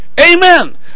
Amen